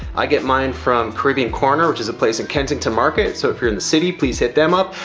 i get mine from caribbean corner which is a place in kensington market. so if you're in the city, please hit them up.